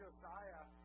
Josiah